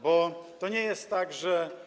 Bo to nie jest tak, że.